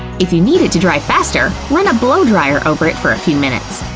if you need it to dry faster, run a blowdryer over it for a few minutes.